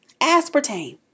Aspartame